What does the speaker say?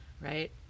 right